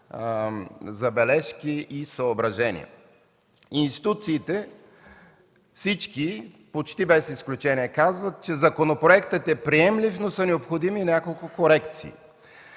забележки и съображения. Почти всички институции, без изключение, казват, че законопроектът е приемлив, но са необходими няколко корекции.